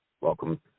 welcome